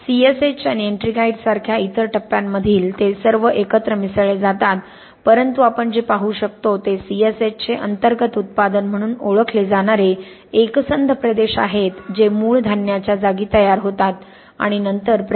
CSH आणि ettringite सारख्या इतर टप्प्यांमधील ते सर्व एकत्र मिसळले जातात परंतु आपण जे पाहू शकतो ते सीएसएच चे अंतर्गत उत्पादन म्हणून ओळखले जाणारे एकसंध प्रदेश आहेत जे मूळ धान्याच्या जागी तयार होतात आणि नंतर प्रदेश